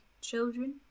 children